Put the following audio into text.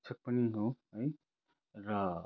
शिक्षक पनि हो है र